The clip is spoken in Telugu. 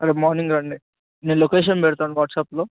రేపు మార్నింగ్ రండి నేను లొకేషన్ పెడతాను వాట్సాప్లో